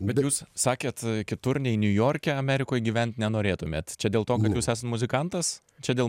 bet jūs sakėt kitur nei niujorke amerikoj gyvent nenorėtumėt čia dėl to kad jūs esat muzikantas čia dėl